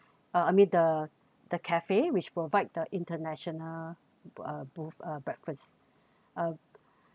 uh I mean the the cafe which provide the international uh booth uh breakfast uh